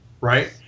right